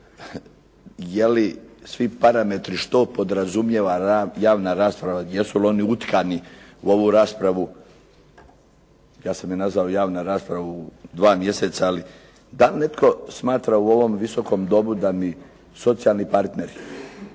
je li svi parametri što podrazumijeva javna rasprava, jesu li oni utkani u ovu raspravu, ja sam je nazvao javna rasprava u dva mjeseca, ali da li netko smatra u ovom Visokom domu da bi socijalni partneri,